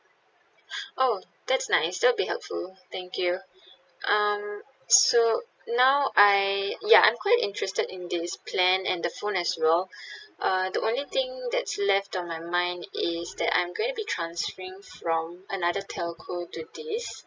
oh that's nice that'll be helpful thank you um so now I ya I'm quite interested in this plan and the phone as well uh the only thing that's left on my mind is that I'm going to be transferring from another telco to this